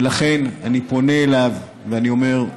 ולכן אני פונה אליו ואני אומר: